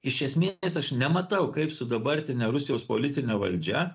iš esmės aš nematau kaip su dabartine rusijos politine valdžia